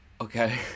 Okay